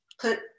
put